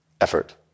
effort